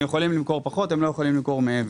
הם יכולים למכור פחות, הם לא יכולים למכור מעבר.